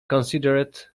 considered